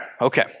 Okay